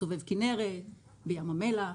למשל בסובב כנרת או בים המלח.